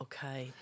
Okay